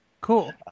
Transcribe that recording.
Cool